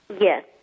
Yes